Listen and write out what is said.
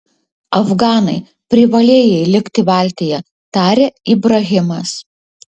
afganai privalėjai likti valtyje tarė ibrahimas